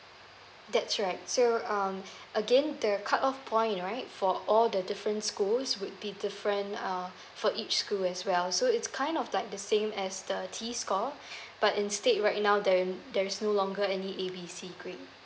that's right so um again the cut off point right for all the different schools would be different uh for each school as well so it's kind of like the same as the t score but instead right now there is there's no longer any A B C grade